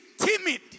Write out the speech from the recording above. timid